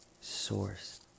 Source